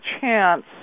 chance